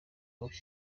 bakora